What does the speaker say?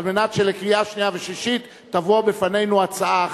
כדי שלקריאה שנייה וקריאה שלישית תבוא בפנינו הצעה אחת,